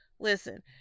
listen